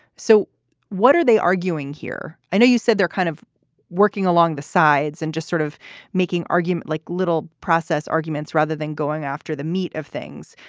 so what are they arguing here? i know you said they're kind of working along the sides and just sort of making argument like little process arguments rather than going after the meat of things.